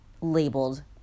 labeled